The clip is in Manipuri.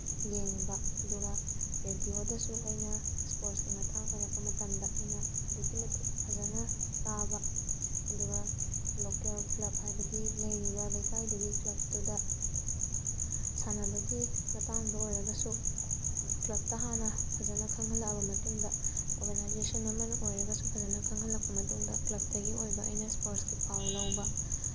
ꯌꯦꯡꯕ ꯑꯗꯨꯒ ꯔꯦꯗꯤꯑꯣꯗꯁꯨ ꯑꯩꯅ ꯏꯁꯄꯣꯔꯠꯁꯀꯤ ꯃꯇꯥꯡ ꯑꯣꯏꯔꯛꯄ ꯃꯇꯝꯗ ꯑꯩꯅ ꯑꯗꯨꯛꯀꯤ ꯃꯇꯤꯛ ꯐꯖꯅ ꯇꯥꯕ ꯑꯗꯨꯒ ꯂꯣꯀꯦꯜ ꯀ꯭ꯂꯞ ꯍꯥꯏꯕꯗꯤ ꯂꯩꯔꯤꯕ ꯂꯩꯀꯥꯏꯗꯨꯒꯤ ꯀ꯭ꯂꯞꯇꯨꯗ ꯁꯥꯟꯅꯕꯒꯤ ꯃꯇꯥꯡꯗ ꯑꯣꯏꯔꯒꯁꯨ ꯀ꯭ꯂꯞꯇ ꯍꯥꯟꯅ ꯐꯖꯅ ꯈꯪꯍꯜꯂꯛꯑꯕ ꯃꯇꯨꯡꯗ ꯑꯣꯔꯒꯅꯥꯏꯖꯦꯁꯟ ꯑꯃꯅ ꯑꯣꯏꯔꯒꯁꯨ ꯐꯖꯅ ꯈꯪꯍꯜꯂꯛꯄ ꯃꯇꯨꯡꯗ ꯀ꯭ꯂꯞꯇꯒꯤ ꯑꯣꯏꯕ ꯑꯩꯅ ꯏꯁꯄꯣꯔꯠꯁꯀꯤ ꯄꯥꯎ ꯂꯧꯕ